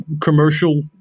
commercial